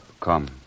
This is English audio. come